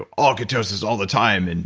ah all ketosis all the time. and